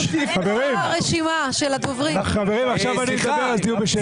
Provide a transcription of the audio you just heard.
חברים, עכשיו אני מדבר, אז תהיו בשקט.